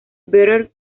better